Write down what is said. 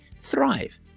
thrive